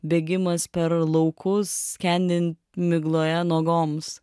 bėgimas per laukus skendint migloje nuogoms